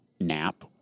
nap